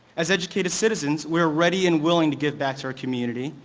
as educated citizens we're ready and willing to give back to our community,